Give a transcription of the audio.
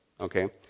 okay